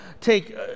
take